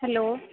hello